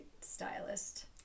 stylist